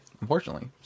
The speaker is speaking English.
unfortunately